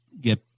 get